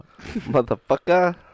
Motherfucker